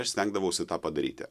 aš stengdavausi tą padaryti